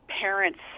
Parents